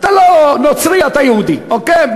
אתה לא נוצרי, אתה יהודי, אוקיי?